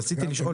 רציתי לשאול,